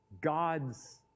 God's